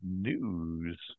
news